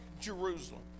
Jerusalem